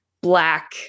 black